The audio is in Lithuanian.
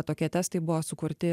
tokie testai buvo sukurti